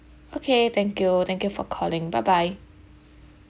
okay thank you thank you for calling bye bye